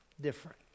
different